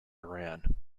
iran